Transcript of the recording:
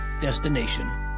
Destination